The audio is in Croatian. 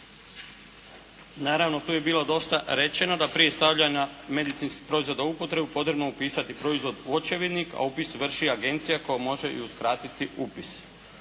Naravno, tu je bilo dosta rečeno da prije stavljanja medicinskih proizvoda u upotrebu potrebno je upisati proizvod u očevidnik a upis vrši agencija koja može i uskratiti upis.